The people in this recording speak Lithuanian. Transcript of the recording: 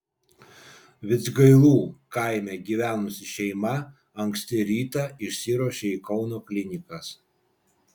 vidzgailų kaime gyvenusi šeima anksti rytą išsiruošė į kauno klinikas